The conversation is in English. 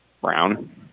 Brown